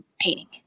painting